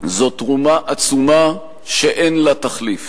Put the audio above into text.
זאת תרומה עצומה שאין לה תחליף